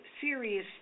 serious